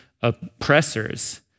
oppressors